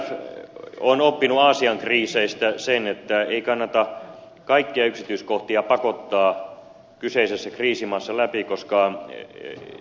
imf on oppinut aasian kriiseistä sen että ei kannata kaikkia yksityiskohtia pakottaa kyseisessä kriisimaassa läpi koska se ei yleensä toteudu